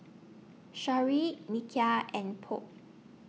Sharyl Nikia and Polk